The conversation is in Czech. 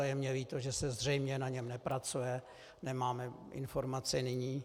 Je mně líto, že se zřejmě na něm nepracuje, nemáme informace nyní.